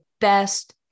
best